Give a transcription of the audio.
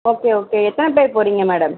okay okay எத்தனை பேர் போகிறீங்க மேடம்